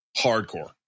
hardcore